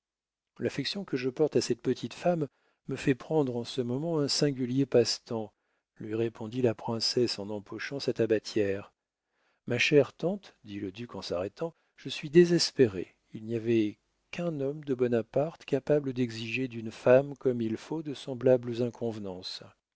l'affection que je porte à cette petite femme me fait prendre en ce moment un singulier passe-temps lui répondit la princesse en empochant sa tabatière ma chère tante dit le duc en s'arrêtant je suis désespéré il n'y avait qu'un homme de bonaparte capable d'exiger d'une femme comme il faut de semblables inconvenances